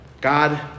God